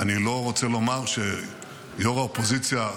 אני לא רוצה לומר שראש האופוזיציה,